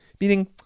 Meaning